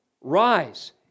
rise